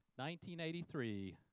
1983